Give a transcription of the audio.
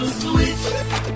switch